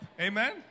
Amen